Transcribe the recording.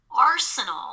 arsenal